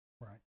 right